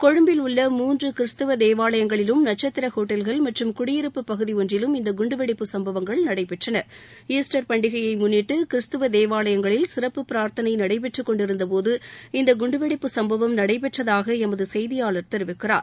கொழும்பில் உள்ள மூன்று கிறிஸ்துவ தேவாலயங்களிலும் நட்சத்திர ஹோட்டல்கள் மற்றும் குடியிருப்பு பகுதி ஒன்றிலும் இந்த குண்டுவெடிப்பு சம்பவங்கள் நடைபெற்றன ஈஸ்டர் பண்டிகையை முன்னிட்டு கிறிஸ்துவ தேவாலயங்களில் சிறப்பு பிரார்த்தனை நடைபெற்றுக் னொண்டிருந்த போது இந்த குண்டுவெடிப்பு சம்பவம் நடைபெற்றதாக எமது செய்தியாளர் தெரிவிக்கிறார்